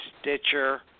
stitcher